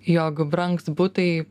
jog brangs butai